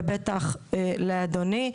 ובטח לאדוני.